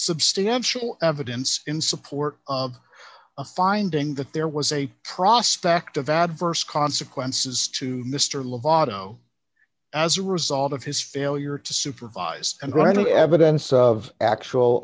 substantial evidence in support of a finding that there was a prospect of adverse consequences to mr lovato as a result of his failure to supervise and rattle evidence of actual